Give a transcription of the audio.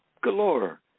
galore